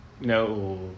No